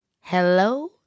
Hello